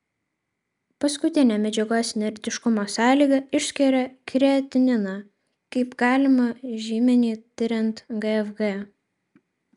paskutinė medžiagos inertiškumo sąlyga išskiria kreatininą kaip galimą žymenį tiriant gfg